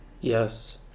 yes